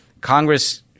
Congress—